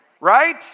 Right